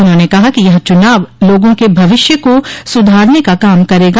उन्होंने कहा कि यह चुनाव लोगों के भविष्य को सुधारने का काम करेगा